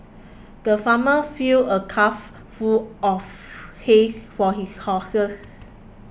the farmer filled a trough full of hay for his horses